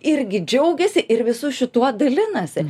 irgi džiaugiasi ir visu šituo dalinasi